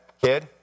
kid